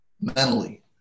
mentally